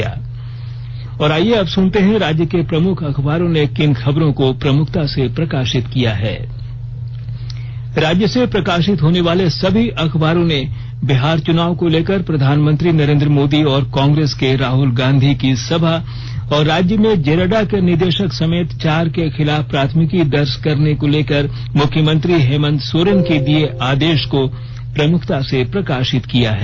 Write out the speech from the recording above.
अब अखबारों की सुर्खियां और आईये अब सुनते हैं राज्य के प्रमुख अखबारों ने किन खबरों को प्रमुखता से प्रकाशित किया है राज्य से प्रकाशित होने वाले सभी अखबारों ने बिहार चुनाव को लेकर प्रधानमंत्री नरेंद्र मोदी और कांग्रेस के राहल गांधी की सभा और राज्य में जेरेडा के निदेशक समेत चार के खिलाफ प्राथमिकी दर्ज करने को लेकर मुख्यमंत्री हेमंत सोरेन के दिए आदेश को प्रमुखता से प्रकाशित किया है